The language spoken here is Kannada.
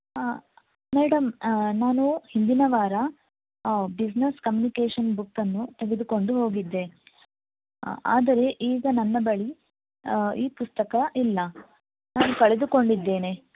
ಮೇಡಮ್ ನಾನು ಹಿಂದಿನವಾರ ಬಿಸ್ನೆಸ್ ಕಮ್ಯುನಿಕೇಷನ್ ಬುಕ್ಕನ್ನು ತೆಗೆದುಕೊಂಡು ಹೋಗಿದ್ದೆ ಆದರೆ ಈಗ ನನ್ನ ಬಳಿ ಈ ಪುಸ್ತಕ ಇಲ್ಲ ನಾನು ಕಳೆದುಕೊಂಡಿದ್ದೇನೆ